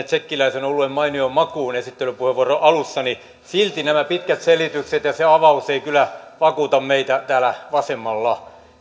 tsekkiläisen oluen mainioon makuun esittelypuheenvuoron alussa niin silti nämä pitkät selitykset ja se avaus eivät kyllä vakuuta meitä täällä vasemmalla